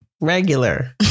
regular